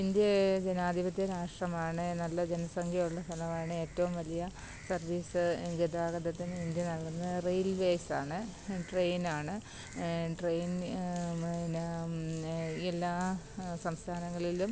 India ജനാധിപത്യ രാഷ്ട്രമാണ് നല്ല ജനസംഖ്യയുള്ള സ്ഥലമാണ് ഏറ്റോം വലിയ സർവീസ് ഗതാഗതത്തിന് ഇന്ത്യ നൽകുന്ന റെയിൽ വേസാണ് ട്രെയിനാണ് ട്രെയിൻ പിന്നെ എല്ലാ സംസ്ഥാനങ്ങളിലും